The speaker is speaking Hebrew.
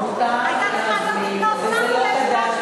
מותר להזמין, וזה לא חדש.